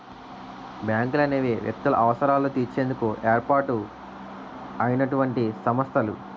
బ్యాంకులనేవి వ్యక్తుల అవసరాలు తీర్చేందుకు ఏర్పాటు అయినటువంటి సంస్థలు